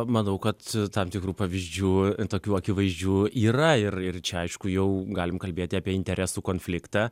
manau kad tam tikrų pavyzdžių tokių akivaizdžių yra ir ir čia aišku jau galim kalbėti apie interesų konfliktą